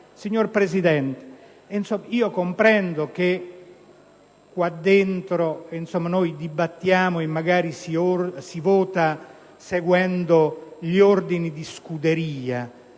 Signor Presidente, comprendo che qui dentro noi dibattiamo e magari votiamo seguendo gli ordini di scuderia,